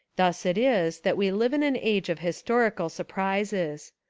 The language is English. thus it is that we live in an age of historical surprises.